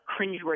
cringeworthy